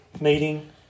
meeting